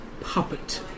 puppet